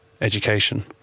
education